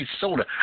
soda